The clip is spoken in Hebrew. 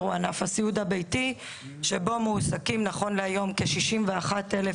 הוא ענף הסיעוד הביתי שבו מועסקים נכון להיום כ-61 אלף